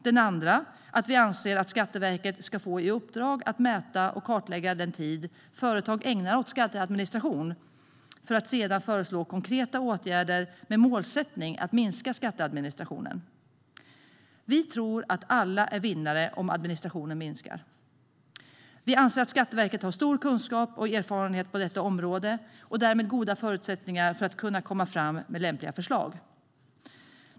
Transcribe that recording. Den andra motionen handlar om att vi anser att Skatteverket ska få i uppdrag att mäta och kartlägga den tid företag ägnar åt skatteadministration för att sedan föreslå konkreta åtgärder med målsättning att minska skatteadministrationen. Vi tror att alla blir vinnare om administrationen minskar. Skatteverket har stor kunskap och erfarenhet på detta område och därmed goda förutsättningar för att kunna komma fram med lämpliga förslag.